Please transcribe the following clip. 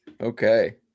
Okay